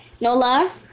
Nola